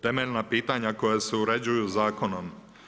Temeljna pitanja koja se uređuju zakonom.